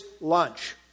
lunch